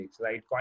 right